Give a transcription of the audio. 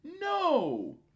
No